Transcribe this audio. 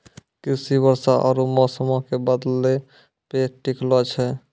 कृषि वर्षा आरु मौसमो के बदलै पे टिकलो छै